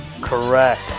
Correct